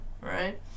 right